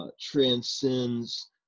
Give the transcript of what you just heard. transcends